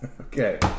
Okay